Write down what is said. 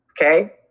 okay